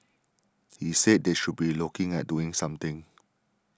he said they should be looking at doing something